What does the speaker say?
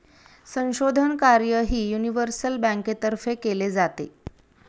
संशोधन कार्यही युनिव्हर्सल बँकेतर्फे केले जाते